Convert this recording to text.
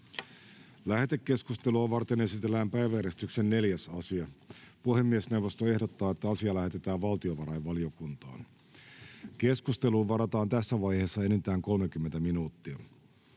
Lähetekeskustelua varten esitellään päiväjärjestyksen 5. asia. Puhemiesneuvosto ehdottaa, että asia lähetetään lakivaliokuntaan. Keskusteluun varataan tässä vaiheessa enintään 30 minuuttia.